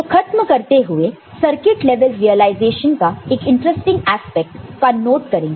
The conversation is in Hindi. तो खत्म करते हुए हम सर्किट लेवल रिलाइजेशन का एक इंटरेस्टिंग एस्पेक्ट का नोट करेंगे